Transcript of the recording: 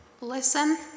listen